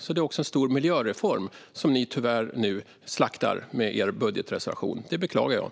Det är alltså även en stor miljöreform som ni nu tyvärr slaktar med er budgetreservation. Det beklagar jag.